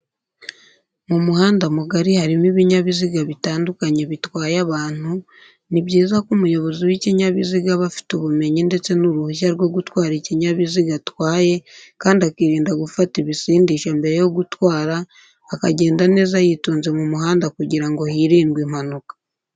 Mu muhanda mugari harimo ibinyabiziga bitandukanye bitwaye abantu, ni byiza ko umuyobozi w'ikinyabiziga aba afite ubumenyi ndetse n'uruhushya rwo gutwara ikinyabiziga atwaye kandi akirinda gufata ibisindisha mbere yo gutwara akagenda neza yitonze mu muhanda kugira ngo hirindwe impanuka.